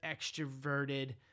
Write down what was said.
extroverted